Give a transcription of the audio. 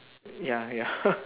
ya ya